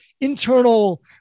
internal